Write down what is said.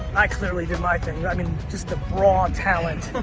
i clearly did my thing. i mean just the raw talent.